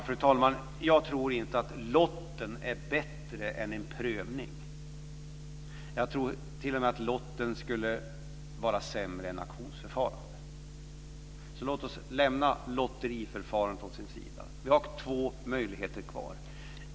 Fru talman! Jag tror inte att lotten är bättre än en prövning. Jag tror t.o.m. att lotten skulle vara sämre än auktionsförfarandet. Låt oss lämna lotteriförfarandet åt sidan. Vi har två möjligheter kvar.